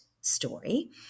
story